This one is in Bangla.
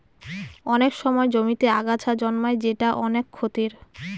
অনেক সময় জমিতে আগাছা জন্মায় যেটা অনেক ক্ষতির